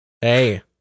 Hey